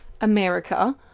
America